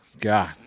God